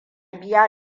biya